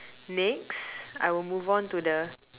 next I will move on to the